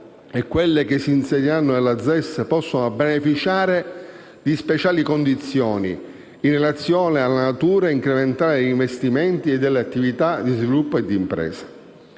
e quelle che si insedieranno nella ZES possono beneficiare di speciali condizioni in relazione alla natura incrementale degli investimenti e delle attività di sviluppo e di impresa.